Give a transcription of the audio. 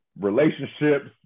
relationships